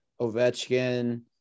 ovechkin